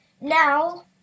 now